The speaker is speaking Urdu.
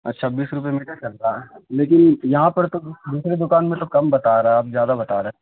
اچھا بیس روپے میٹر چل رہا لیکن یہاں پر تو دوسری دوکان میں تو کم بتا رہا آپ زیادہ بتا رہے